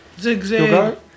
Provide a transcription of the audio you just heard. Zigzag